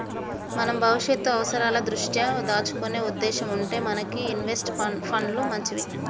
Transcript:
మనం భవిష్యత్తు అవసరాల దృష్ట్యా దాచుకునే ఉద్దేశం ఉంటే మనకి ఇన్వెస్ట్ పండ్లు మంచిది